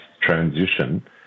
transition